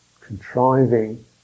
contriving